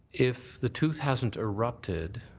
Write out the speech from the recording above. if the tooth hasn't erupted,